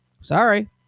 sorry